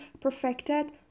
perfected